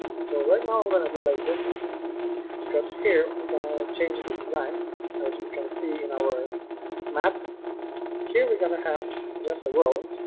so right now i'm going to delete this because here we're going to change the design as we can see in our map here we're gonna have just a world